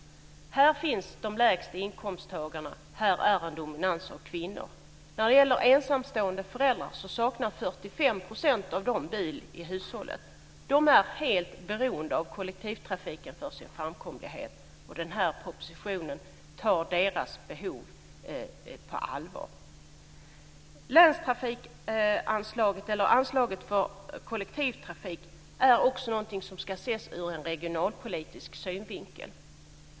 Där finns de med de lägsta inkomsterna. Där är en dominans av kvinnor. När det gäller ensamstående föräldrar saknar 45 % bil i hushållet. De är helt beroende av kollektivtrafiken för sin framkomlighet, och den här propositionen tar deras behov på allvar. Länstrafikanslaget eller anslaget för kollektivtrafik är också någonting som ska ses ur en regionalpolitisk synvinkel.